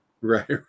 Right